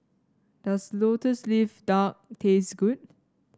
does lotus leaf duck taste good